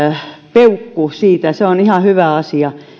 peukku se on ihan hyvä asia